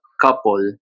couple